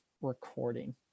recording